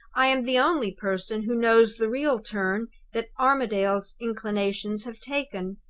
i am the only person who knows the real turn that armadale's inclinations have taken.